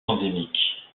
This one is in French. endémique